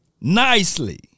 nicely